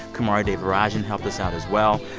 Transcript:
kumari devarajan helped us out as well.